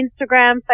Instagram